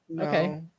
Okay